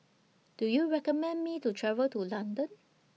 Do YOU recommend Me to travel to London